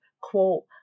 quote